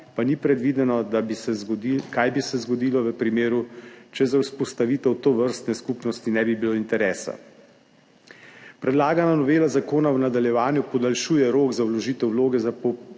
pa ni predvideno, kaj bi se zgodilo, če za vzpostavitev tovrstne skupnosti ne bi bilo interesa. Predlagana novela zakona v nadaljevanju podaljšuje rok za vložitev vloge za povračilo